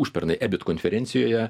užpernai ebit konferencijoje